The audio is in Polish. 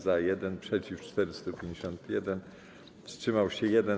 Za - 1, przeciw - 451, wstrzymał się 1.